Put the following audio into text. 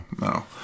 no